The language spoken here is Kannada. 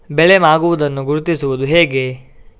ಬೆಳೆ ಮಾಗುವುದನ್ನು ಗುರುತಿಸುವುದು ಹೇಗೆ?